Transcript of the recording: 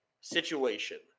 situation